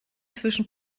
zwischen